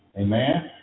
Amen